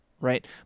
right